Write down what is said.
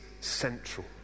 central